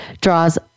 draws